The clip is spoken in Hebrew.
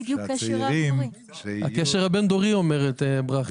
קשר בין דורי, כפי שאומרת ברכי.